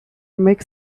make